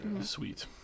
Sweet